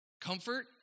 Comfort